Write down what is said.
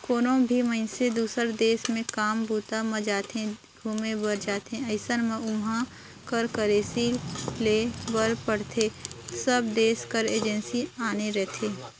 कोनो भी मइनसे दुसर देस म काम बूता म जाथे, घुमे बर जाथे अइसन म उहाँ कर करेंसी लेय बर पड़थे सब देस कर करेंसी आने रहिथे